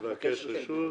תבקש רשות,